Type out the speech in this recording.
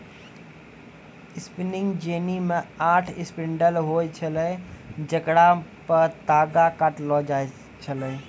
spinning jenny मे आठ spindle होय छलै जेकरा पे तागा काटलो जाय छलै